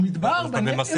במדבר, בנגב.